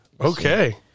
okay